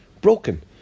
broken